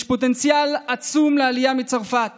יש פוטנציאל עצום לעלייה מצרפת